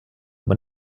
aber